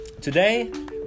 Today